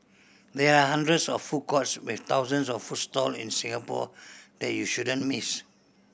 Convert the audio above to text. there are hundreds of food courts with thousands of food stall in Singapore that you shouldn't miss